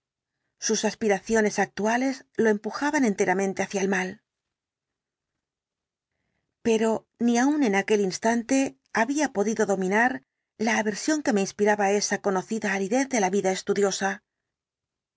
sus aspiraciones actuales lo empujaban enteramente hacia el mal pero ni aún en aquel instante había poexplicación completa del caso dido dominar la aversión que me inspiraba esa conocida aridez de la vida estudiosa